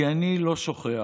כי אני לא שוכח